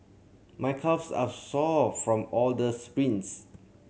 my calves are sore from all the sprints